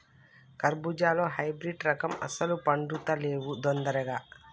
కర్బుజాలో హైబ్రిడ్ రకం అస్సలు పండుతలేవు దొందరగా